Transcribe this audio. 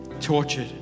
tortured